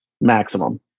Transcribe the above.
maximum